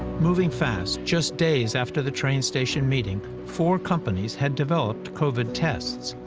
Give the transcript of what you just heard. moving fast, just days after the train station meeting, four companies had developed covid tests.